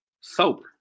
sober